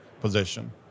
position